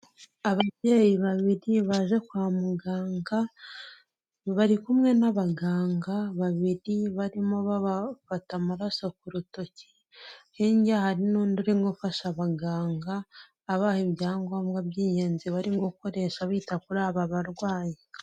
Ababyeyi babiri baje kwa muganga bari kumwe n'abaganga babiri barimo babafata amaraso ku rutoki, hirya hari n'undi uri gufasha abaganga abaha ibyangombwa by'ingenzi bari gukoresha bita kuri aba barwayi.